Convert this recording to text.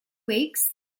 weeks